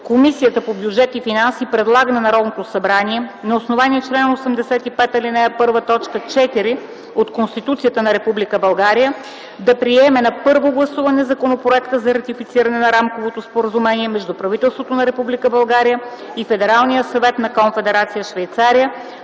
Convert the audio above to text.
Комисията по бюджет и финанси предлага на Народното събрание на основание чл. 85, ал. 1, т. 4 от Конституцията на Република България да приеме на първо гласуване Законопроекта за ратифициране на Рамковото споразумение между правителството на Република България и Федералния съвет на Конфедерация Швейцария